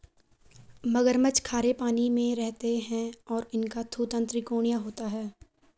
मगरमच्छ खारे पानी में रहते हैं और इनका थूथन त्रिकोणीय होता है